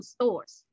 Stores